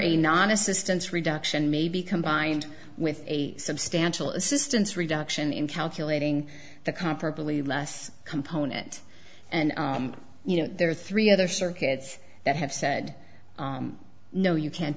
a non assistance reduction may be combined with a substantial assistance reduction in calculating the comparably less component and you know there are three other circuits that have said no you can't